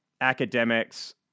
academics